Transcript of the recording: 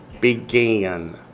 began